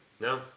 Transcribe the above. No